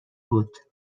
بود